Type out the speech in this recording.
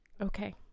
Okay